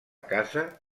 casa